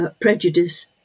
prejudice